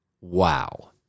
Wow